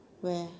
where